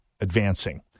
advancing